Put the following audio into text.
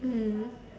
mm